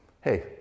hey